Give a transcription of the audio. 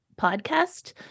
podcast